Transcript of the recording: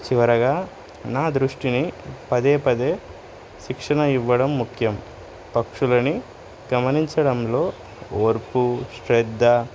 చివరగా నా దృష్టిని పదే పదే శిక్షణ ఇవ్వడం ముఖ్యం పక్షులని గమనించడంలో ఓర్పు శ్రద్ధ